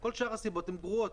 וכל שאר הסיבות הן גרועות.